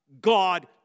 God